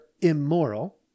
immoral